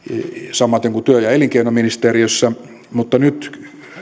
samaten kuin työ ja elinkeinoministeriössä mutta nyt